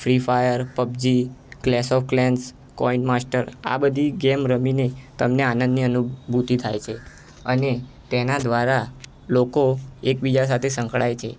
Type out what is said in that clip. free Fire PUBG Clash of Clans Coin Master આ બધી game રમીને તમને આનંદની અનુભૂતિ થાય છે અને તેના દ્વારા લોકો એક બીજા સાથે સંકળાય છે